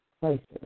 places